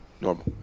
Normal